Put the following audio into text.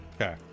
Okay